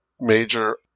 major